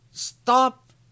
stop